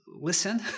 Listen